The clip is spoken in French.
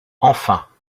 enfin